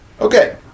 Okay